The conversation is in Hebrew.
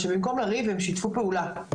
שבמקום לריב הם שיתפו פעולה.